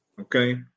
okay